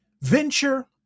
venture